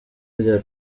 rya